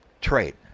trade